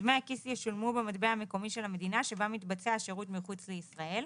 דמי הכיס ישולמו במטבע המקומי של המדינה שבה מתבצע השירות מחוץ לישראל,